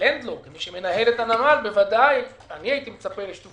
כמי שמנהל את הנמל הייתי מצפה לשיתוף